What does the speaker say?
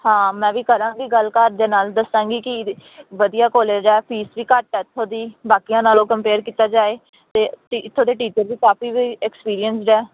ਹਾਂ ਮੈਂ ਵੀ ਕਰਾਂਗੀ ਗੱਲ ਘਰਦਿਆਂ ਨਾਲ ਦੱਸਾਂਗੀ ਕਿ ਵਧੀਆ ਕਾਲਜ ਆ ਫੀਸ ਵੀ ਘੱਟ ਇੱਥੋਂ ਦੀ ਬਾਕੀਆਂ ਨਾਲੋਂ ਕੰਪੇਅਰ ਕੀਤਾ ਜਾਵੇ ਅਤੇ ਟੀ ਇੱਥੋਂ ਦੇ ਟੀਚਰ ਵੀ ਕਾਫ਼ੀ ਐਕਸਪੀਰੀਅੰਸਡ ਆ